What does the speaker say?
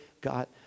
God